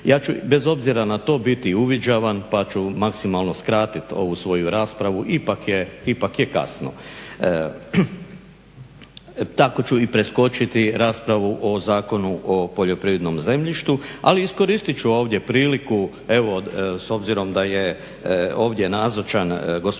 Ja ću, bez obzira na to biti uviđavan, pa ću maksimalno skratiti ovu svoju raspravu ipak je kasno. Tako ću i preskočiti raspravu o Zakonu o poljoprivrednom zemljištu, ali iskoristit ću ovdje priliku, evo s obzirom da je ovdje nazočan gospodin